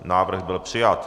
Návrh byl přijat.